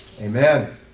Amen